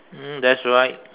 mm that's right